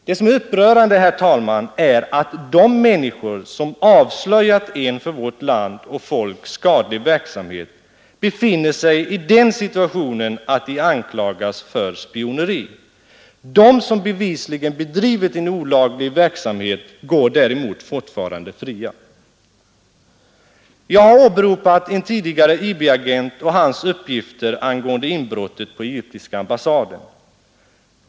Det som är upprörande, herr talman, är att de människor som avslöjat en för vårt land och folk skadlig verksamhet befinner sig i den situationen att de anklagas för ”spioneri”, de som bevisligen bedrivit en olaglig verksamhet går däremot fortfarande fria. Jag har åberopat en tidigare IB-agent och hans uppgifter angående inbrottet på egyptiska ambassaden.